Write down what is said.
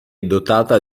dotata